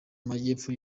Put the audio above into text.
majyepfo